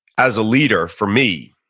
as a leader, for me,